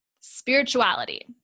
spirituality